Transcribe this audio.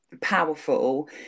Powerful